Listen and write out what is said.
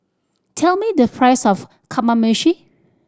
tell me the price of Kamameshi